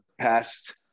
past